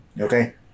okay